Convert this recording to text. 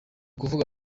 kuvuga